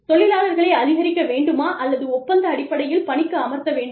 தொழிலாளர்களை அதிகரிக்க வேண்டுமா அல்லது ஒப்பந்த அடிப்படையில் பணிக்கு அமர்த்த வேண்டுமா